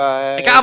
Bye